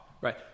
Right